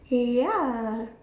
okay ya